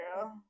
girl